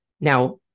Now